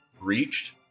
REACHED